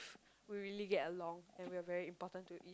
we really get along and we are very important to